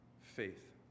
faith